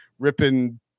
ripping